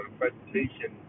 presentation